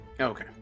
Okay